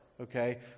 okay